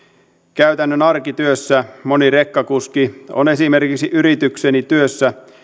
käytännön arkityössä moni rekkakuski on esimerkiksi yritykseni työssä